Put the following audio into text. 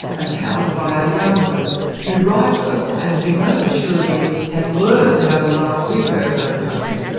account by a young woman who writes well, and who most assuredly has learned how to laugh with her home country.